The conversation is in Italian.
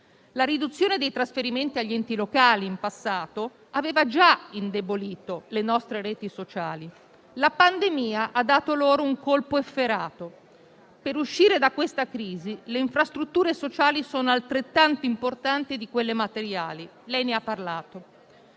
La riduzione dei trasferimenti agli enti locali in passato aveva già indebolito le nostre reti sociali, la pandemia ha dato loro un colpo efferato. Per uscire da questa crisi, le infrastrutture sociali sono altrettanto importanti di quelle materiali (lei ne ha parlato).